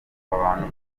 abantu